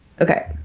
Okay